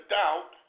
doubt